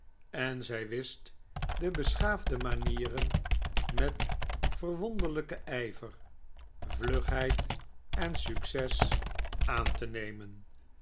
en zij wist de beschaafde manieren met verwonderlijken ijver vlugheid en succes aan te nemen